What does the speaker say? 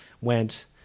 went